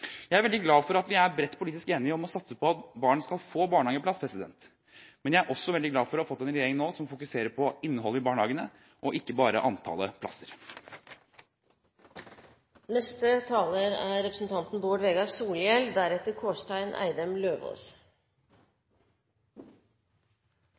Jeg er veldig glad for at vi er bredt politisk enige om å satse på at barn skal få barnehageplass, men jeg er også veldig glad for å ha fått en regjering som nå fokuserer på innholdet i barnehagene, og ikke bare på antallet plasser. Kva er